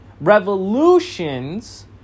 revolutions